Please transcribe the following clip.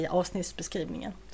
avsnittsbeskrivningen